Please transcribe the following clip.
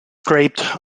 scraped